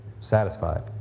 Satisfied